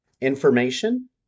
information